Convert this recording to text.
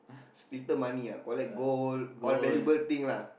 is little money ah collect gold all valuable thing lah